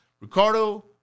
Ricardo